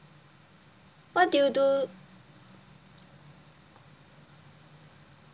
what did you do